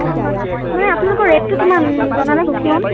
হয় হয় মানে আপোনালোকৰ ৰে'টটো কিমান জনালে সুখী হম